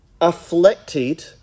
afflicted